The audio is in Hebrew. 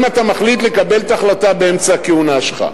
אם אתה מחליט לקבל את ההחלטה באמצע הכהונה שלך.